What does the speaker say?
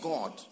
God